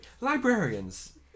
librarians